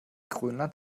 grönland